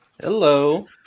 Hello